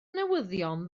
newyddion